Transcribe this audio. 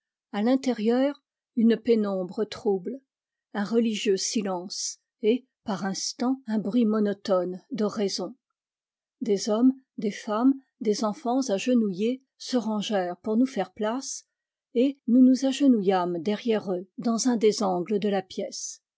a l'intérieur une pénombre trouble un religieux silence et par instants un bruit monotone d'oraisons des hommes des femmes des enfants agenouillés se rangèrent pour nous faire place et nous nous agenouillâmes derrière eux dans un des angles de la pièce